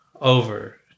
over